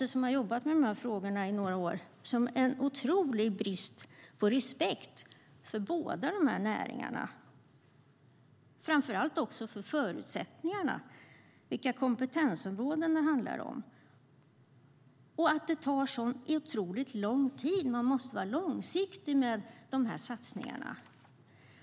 Jag har jobbat med de här frågorna i några år, och för mig känns det som en otrolig brist på respekt för båda dessa näringar och framför allt för förutsättningarna, vilka kompetensområden det handlar om. Och det tar otroligt lång tid! Man måste vara långsiktig med de här satsningarna.